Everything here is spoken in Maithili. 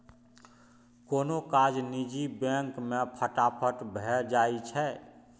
कोनो काज निजी बैंक मे फटाफट भए जाइ छै